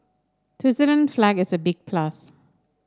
Switzerland's flag is a big plus